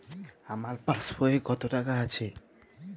আমার পাসবই এ কত টাকা আছে?